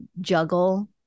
juggle